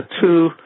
two-